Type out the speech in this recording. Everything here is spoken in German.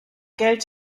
geld